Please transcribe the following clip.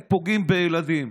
הם פוגעים בילדים.